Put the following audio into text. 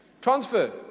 Transfer